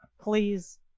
Please